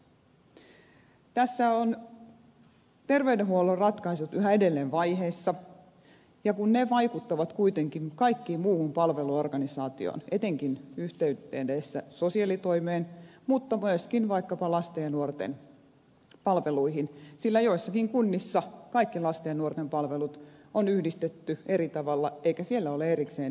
tässä on terveydenhuollon ratkaisut yhä edelleen vaiheessa ja ne vaikuttavat kuitenkin kaikkeen muuhun palveluorganisaatioon etenkin ovat yhteydessä sosiaalitoimeen mutta myöskin vaikkapa lasten ja nuorten palveluihin sillä joissakin kunnissa kaikki lasten ja nuorten palvelut on yhdistetty eri tavalla eikä siellä ole erikseen terveydenhuoltoa